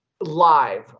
live